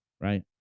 right